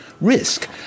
risk